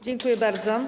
Dziękuję bardzo.